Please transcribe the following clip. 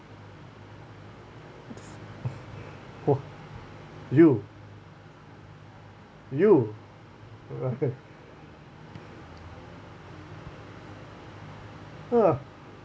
!wah! you you you ah